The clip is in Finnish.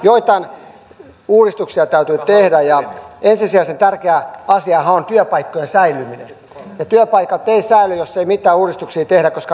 joitain uudistuksia täytyy tehdä ja ensisijaisen tärkeä asiahan on työpaikkojen säilyminen ja työpaikat eivät säily jos ei mitään uudistuksia tehdä koska rahat on loppu